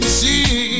see